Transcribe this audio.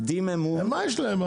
אמון --- מה יש להם?